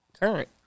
current